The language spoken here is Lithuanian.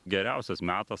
geriausias metas